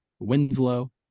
Winslow